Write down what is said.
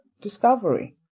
discovery